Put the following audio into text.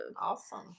Awesome